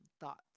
thoughts